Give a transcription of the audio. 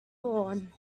horn